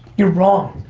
you're wrong.